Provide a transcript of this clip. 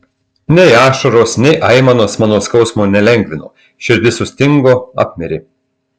nei ašaros nei aimanos mano skausmo nelengvino širdis sustingo apmirė